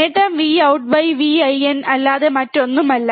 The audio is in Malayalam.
നേട്ടം Vout Vin അല്ലാതെ മറ്റൊന്നുമല്ല